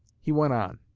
he went on.